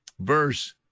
Verse